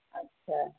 ਅੱਛਾ